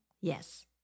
Yes